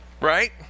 Right